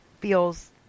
feels